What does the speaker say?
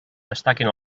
destaquen